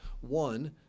one